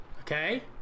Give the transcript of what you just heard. Okay